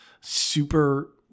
super